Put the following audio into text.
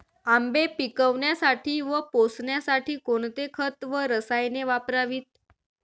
आंबे पिकवण्यासाठी व पोसण्यासाठी कोणते खत व रसायने वापरावीत?